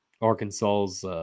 Arkansas's